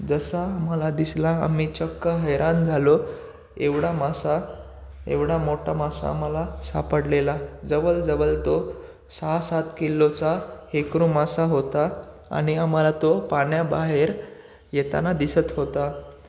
जसा आम्हाला दिसला आम्ही चक्क हैराण झालो एवढा मासा एवढा मोठा मासा आम्हाला सापडलेला जवळजवळ तो सहा सात किलोचा हेकरू मासा होता आणि आम्हाला तो पाण्याबाहेर येताना दिसत होता